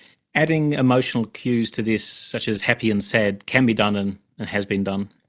adding emotional cues to this such as happy and sad can be done, and and has been done,